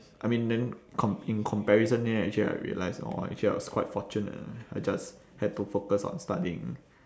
I mean then com~ in comparison then actually I realised orh actually I was quite fortunate I just had to focus on studying